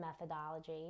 methodology